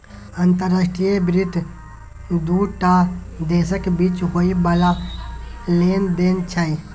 अंतर्राष्ट्रीय वित्त दू टा देशक बीच होइ बला लेन देन छै